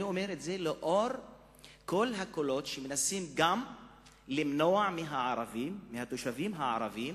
אני אומר את זה לנוכח כל הקולות שמנסים גם למנוע מהתושבים הערבים